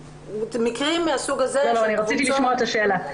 שני דברים מיוחדים בקבוצה הזאת.